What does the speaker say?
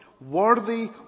worthy